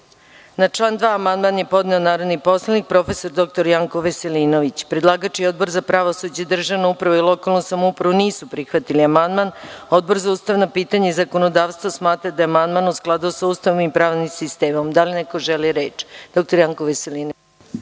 član 2. amandman je podneo narodni poslanik prof. dr Janko Veselinović. Predlagač i Odbor za pravosuđe, državnu upravu i lokalnu samoupravu nisu prihvatili amandman. Odbor za ustavna pitanja i zakonodavstvo smatra da je amandman u skladu sa Ustavom i pravnim sistemom. Da li neko želi reč? Reč ima dr Janko Veselinović.